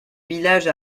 village